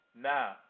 Now